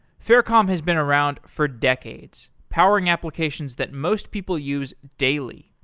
faircom has been around for decades powering applications that most people use daily.